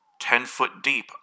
ten-foot-deep